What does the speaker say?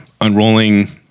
unrolling